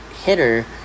hitter